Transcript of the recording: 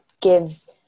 gives